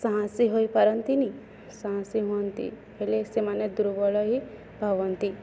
ସାହସି ହୋଇପାରନ୍ତି ନି ସାହସି ହୁଅନ୍ତି ହେଲେ ସେମାନେ ଦୁର୍ବଳ ହି ଭାବନ୍ତି